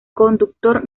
conductor